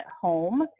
home